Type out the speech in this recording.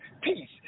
peace